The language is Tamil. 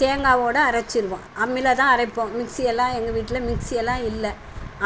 தேங்காவோடு அரைச்சுருவோம் அம்மியில்தான் அரைப்போம் மிக்ஸி எல்லாம் எங்கள் வீட்டில் மிக்ஸி எல்லாம் இல்லை